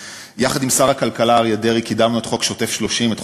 יחד עם שר הכלכלה אריה דרעי קידמנו את חוק "שוטף פלוס 30",